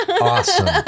awesome